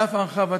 ואף את הרחבתה.